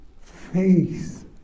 faith